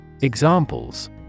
Examples